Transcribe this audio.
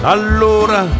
Allora